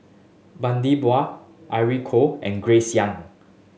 Bani Buang Irene Khong and Grace Young